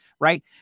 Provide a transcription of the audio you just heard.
right